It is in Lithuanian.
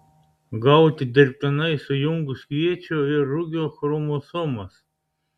gauti dirbtinai sujungus kviečio ir rugio chromosomas